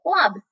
Club